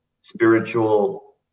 spiritual